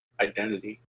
identity